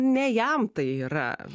ne jam tai yra